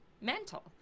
mental